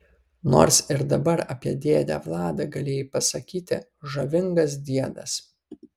nors ir dabar apie dėdę vladą galėjai pasakyti žavingas diedas